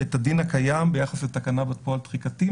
את הדין הקיים ביחס לתקנה בת פועל תחיקתי.